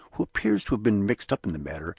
who appears to have been mixed up in the matter,